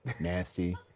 nasty